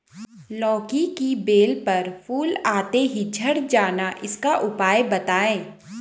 लौकी की बेल पर फूल आते ही झड़ जाना इसका उपाय बताएं?